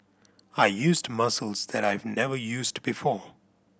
I used muscles that I've never used before